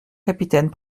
capitaine